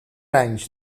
anys